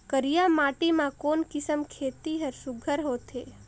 करिया माटी मा कोन किसम खेती हर सुघ्घर होथे?